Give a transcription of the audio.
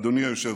אדוני היושב-ראש.